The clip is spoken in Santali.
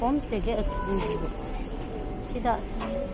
ᱠᱚᱢ ᱛᱮᱜᱮ ᱟᱠᱷᱨᱤᱧ ᱦᱳᱭᱳᱜᱼᱟ ᱪᱮᱫᱟᱜ ᱥᱮ